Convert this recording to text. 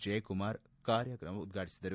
ಜಯಕುಮಾರ್ ಕಾರ್ಯಾಗಾರ ಉದ್ಘಾಟಿಸಿದರು